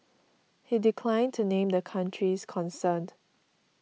he declined to name the countries concerned